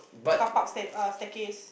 carpark stair err staircase